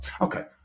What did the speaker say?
okay